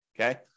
okay